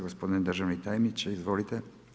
Gospodine državni tajniče, izvolite.